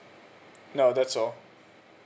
no that's all